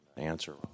answer